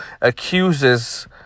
accuses